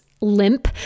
limp